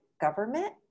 government